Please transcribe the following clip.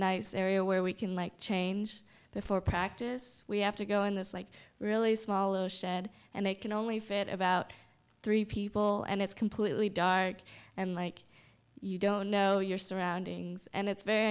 nice area where we can like change for practice we have to go in this like really smaller shed and they can only fit about three people and it's completely dark and like you don't know your surroundings and it's very